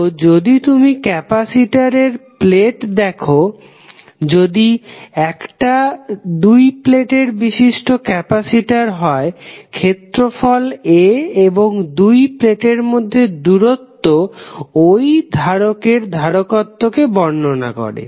তো যদি তুমি ক্যাপাসিটরের প্লেট দেখো যদি একটা দুই প্লেট বিশিষ্ট ক্যাপাসিটর হয় ক্ষেত্রফল A এবং দুটি প্লেটের মধ্যে দূরত্ব ওই ধারকের ধারকত্ত কে বর্ণনা করে